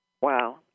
Wow